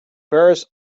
ferrous